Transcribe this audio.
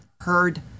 heard